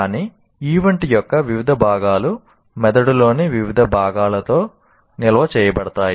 కానీ ఈవెంట్ యొక్క వివిధ భాగాలు మెదడులోని వివిధ భాగాలలో నిల్వ చేయబడతాయి